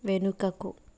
వెనుకకు